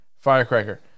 Firecracker